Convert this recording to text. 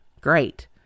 Great